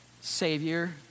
savior